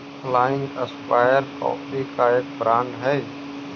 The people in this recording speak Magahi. फ्लाइंग स्क्वायर कॉफी का एक ब्रांड हई